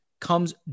comes